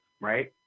right